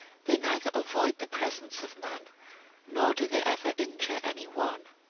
they neither avoid the presence of man nor do they ever injure any one.